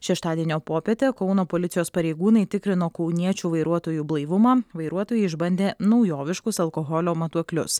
šeštadienio popietę kauno policijos pareigūnai tikrino kauniečių vairuotojų blaivumą vairuotojai išbandė naujoviškus alkoholio matuoklius